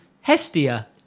hestia